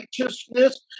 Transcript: righteousness